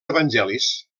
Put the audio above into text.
evangelis